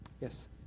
Yes